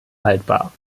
haltbar